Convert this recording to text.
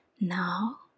Now